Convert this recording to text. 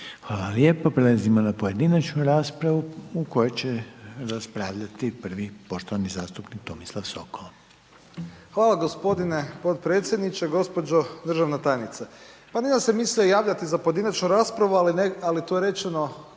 Hvala lijepo. Prelazimo na pojedinačnu raspravu u kojoj će raspravljati prvi poštovani zastupnik Tomislav Sokol. **Sokol, Tomislav (HDZ)** Hvala g. potpredsjedniče, gđo. državna tajnice. Pa nisam se mislio javljati za pojedinačnu raspravu, ali tu je rečeno